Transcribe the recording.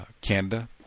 Canada